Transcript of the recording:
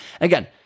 again